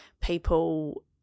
people